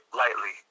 lightly